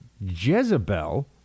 Jezebel